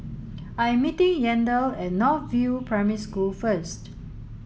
I am meeting Yandel at North View Primary School first